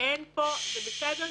זה בסדר גמור,